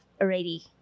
already